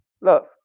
Love